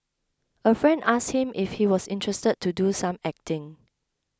a friend asked him if he was interested to do some acting